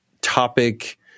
topic